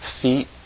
feet